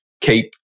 keep